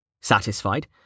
Satisfied